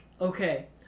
okay